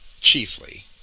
chiefly